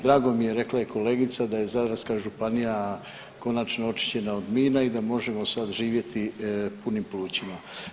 Drago mi je, rekla je i kolegica da je Zadarska županija konačno očišćena od mina i da možemo sad živjeti punim plućima.